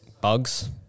Bugs